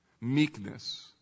meekness